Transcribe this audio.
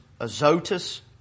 Azotus